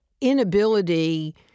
inability